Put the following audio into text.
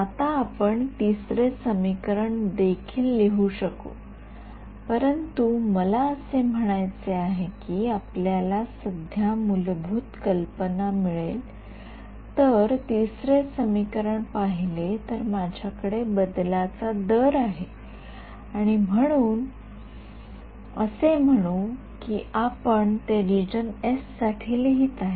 आता आपण तिसरे समीकरण देखील लिहू शकू परंतु मला असे म्हणायचे आहे की आपल्याला सध्या मूलभूत कल्पना मिळेल जर तिसरे समीकरण पाहिले तर माझ्याकडे बदलाचा दर आहे असे म्हणू की आपण ते रिजन एस साठी लिहित आहे